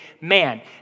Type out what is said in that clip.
man